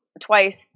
twice